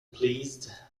pleased